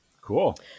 Cool